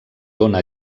dóna